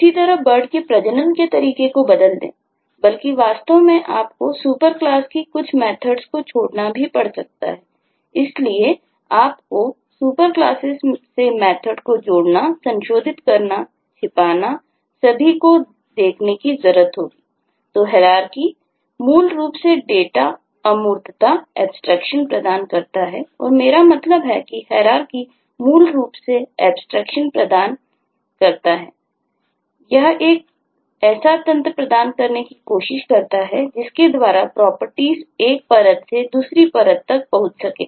इतना ही नहीं हो सकता है कि मेथर्ड एक परत से दूसरी परत तक पहुंच सके